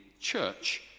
church